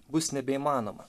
bus nebeįmanoma